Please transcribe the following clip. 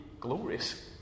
glorious